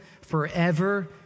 forever